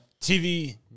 TV